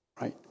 right